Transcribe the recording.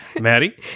Maddie